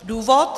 Důvod?